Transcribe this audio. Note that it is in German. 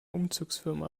umzugsfirma